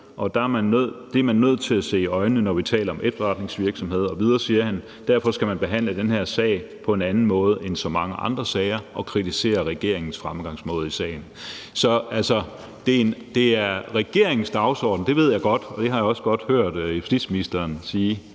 og det er man nødt til at se i øjnene, når vi taler om efterretningsvirksomhed. Videre siger han, at derfor skal man behandle den her sag på en anden måde end så mange andre sager, og han kritiserer regeringens fremgangsmåde i sagen. Det er regeringens dagsorden – det ved jeg godt, og det har jeg også godt hørt justitsministeren sige